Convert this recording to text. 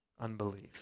unbelief